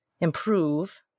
improve